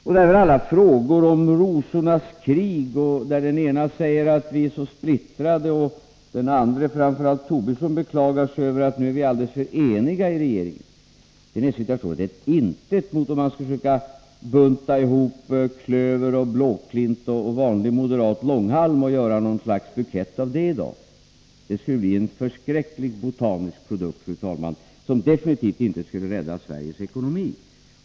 Och alla dessa frågor om rosornas krig, där några säger att vi är så splittrade och andra, framför allt Lars Tobisson, beklagar sig över att vi är alldeles för eniga i regeringen, är naturligtvis ett intet mot om man skulle försöka bunta ihop klöver och blåklint och vanlig moderat långhalm och göra något slags bukett av det. Det skulle bli en förskräcklig botanisk produkt, fru talman, som definitivt inte skulle rädda Sveriges ekonomi.